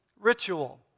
ritual